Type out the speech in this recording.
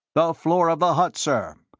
the floor of the hut, sir.